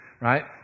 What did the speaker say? right